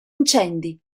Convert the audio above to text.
incendi